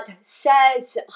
says